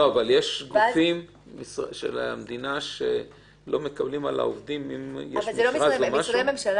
יש גופים של המדינה שלא מקבלים על העובדים אם יש מכרז למשהו?